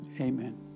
Amen